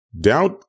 Doubt